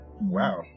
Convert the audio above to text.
Wow